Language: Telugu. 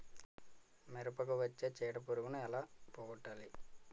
మిరపకు వచ్చే చిడపురుగును ఏల పోగొట్టాలి?